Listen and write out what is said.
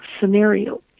scenario